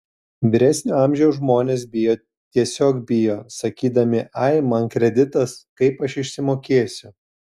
vyresnio amžiaus žmonės bijo tiesiog bijo sakydami ai man kreditas kaip aš išsimokėsiu